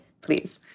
please